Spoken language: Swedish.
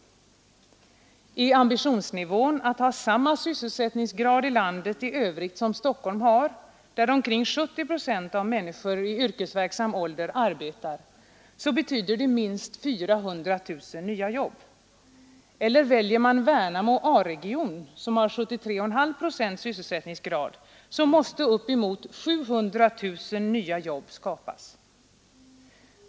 Är ambitionsnivån att ha samma sysselsättningsgrad i landet i övrigt som Stockholm har, där omkring 70 procent av alla människor i yrkesverksam ålder arbetar, betyder det minst 400 000 nya jobb. Väljer man Värnamo A-region, som har 73 1/2 procents sysselsättningsgrad, måste uppemot 700 000 nya jobb skapas.